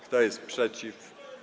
Kto jest przeciw?